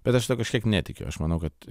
bet aš tuo kažkiek netikiu aš manau kad